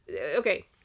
okay